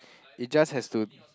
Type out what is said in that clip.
it just has to